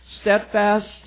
steadfast